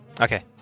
Okay